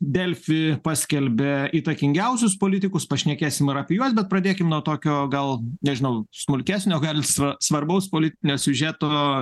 delfi paskelbė įtakingiausius politikus pašnekėsim ir apie juos bet pradėkim nuo tokio gal nežinau smulkesnio gal sva svarbaus politinio siužeto